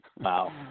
Wow